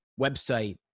website